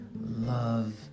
love